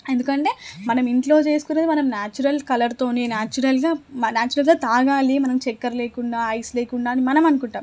ఎందుకంటే మనం ఇంట్లో చేసుకునేది మనం న్యాచురల్ కలర్ తోని నేచురల్గ నేచురల్గా మనం తాగాలి మనం చక్కెర లేకుండా ఐస్ లేకుండా అని మనం అనుకుంటాము